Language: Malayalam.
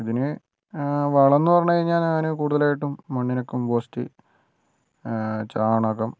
അതിനു വളം എന്ന് പറഞ്ഞ് കഴിഞ്ഞാൽ ഞാൻ കൂടുതലായിട്ടും മണ്ണിര കമ്പോസ്റ്റ് ചാണകം